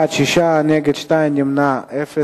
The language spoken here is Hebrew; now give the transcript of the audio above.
בעד, 6, נגד, 2, נמנעים, אפס.